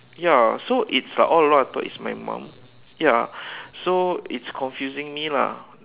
ya so it's uh all along I thought it's my mom ya so it's confusing me lah